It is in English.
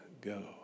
go